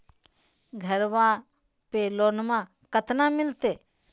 घरबा पे लोनमा कतना मिलते?